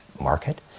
market